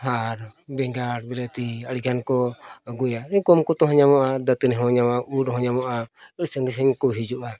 ᱟᱨ ᱵᱮᱜᱟᱲ ᱵᱤᱞᱟᱹᱛᱤ ᱟᱹᱰᱤ ᱜᱟᱱᱠᱚ ᱟᱹᱜᱩᱭᱟ ᱠᱚᱢ ᱠᱚᱛᱮ ᱦᱚᱸ ᱧᱟᱢᱚᱜᱼᱟ ᱫᱟᱹᱛᱟᱹᱱᱤ ᱦᱚᱸ ᱧᱟᱢᱚᱜᱼᱟ ᱩᱫ ᱦᱚᱸ ᱧᱟᱢᱚᱜᱼᱟ ᱟᱹᱰᱤ ᱥᱟᱺᱜᱤᱧ ᱥᱟᱺᱜᱤᱧ ᱠᱚ ᱦᱤᱡᱩᱜᱼᱟ